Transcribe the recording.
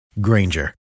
Granger